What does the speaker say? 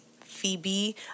Phoebe